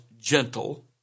gentle